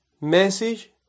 Message